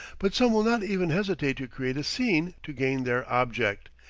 but some will not even hesitate to create a scene to gain their object,